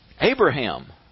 Abraham